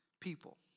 people